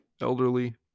elderly